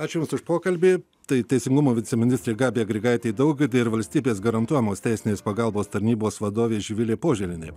aš jums už pokalbį tai teisingumo viceministrė gabija grigaitė daugirdė ir valstybės garantuojamos teisinės pagalbos tarnybos vadovė živilė poželienė